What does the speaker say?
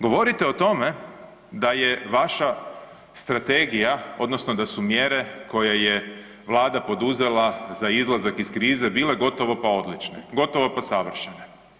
Govorite o tome da je vaša strategija odnosno da su mjere koje je vlada poduzela za izlazak iz krize bile gotovo pa odlične, gotovo pa savršene.